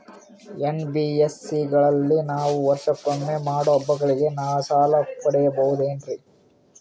NBSC ಗಳಲ್ಲಿ ನಾವು ವರ್ಷಕೊಮ್ಮೆ ಮಾಡೋ ಹಬ್ಬಗಳಿಗೆ ಸಾಲ ಪಡೆಯಬಹುದೇನ್ರಿ?